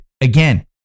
Again